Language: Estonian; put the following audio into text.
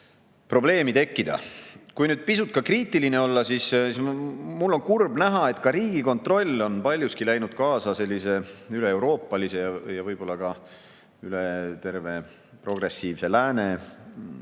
probleeme tekkida. Kui nüüd pisut kriitiline olla, siis mul on kurb näha, et Riigikontroll on paljuski läinud kaasa üleeuroopalise ja võib-olla ka üle terve progressiivse lääne